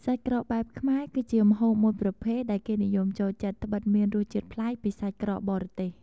សាច់ក្រកបែបខ្មែរ គឺជាម្ហូបមួយប្រភេទដែលគេនិយមចូលចិត្ត ត្បិតមានរសជាតិប្លែកពីសាច់ក្រកបរទេស។